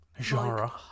genre